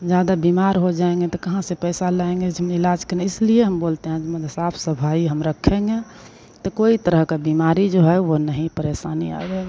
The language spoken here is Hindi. ज़्यादा बीमार हो जाएँगे तो कहाँ से पैसा लाएँगे इसमें इलाज का न इसलिए हम बोलते हैं तो मतलब साफ सफाई हम रखेंगे तो कोई तरह का बीमारी जो है वह न ही परेशानी आएगी